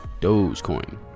Dogecoin